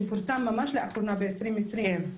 שפורסם ממש לאחרונה ב-2020,